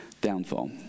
downfall